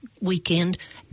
weekend